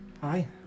Hi